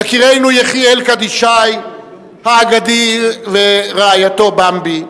יקירנו יחיאל קדישאי האגדי ורעייתו במבי,